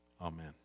Amen